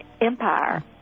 Empire